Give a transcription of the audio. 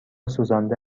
سوزانده